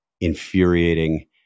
infuriating